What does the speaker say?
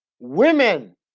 Women